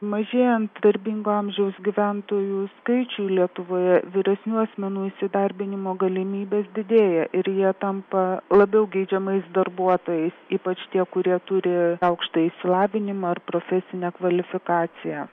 mažėjant darbingo amžiaus gyventojų skaičiui lietuvoje vyresnių asmenų įsidarbinimo galimybės didėja ir jie tampa labiau geidžiamais darbuotojais ypač tie kurie turi aukštąjį išsilavinimą ar profesinę kvalifikaciją